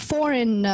Foreign